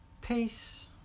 peace